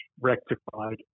rectified